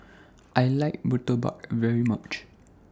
I like Murtabak very much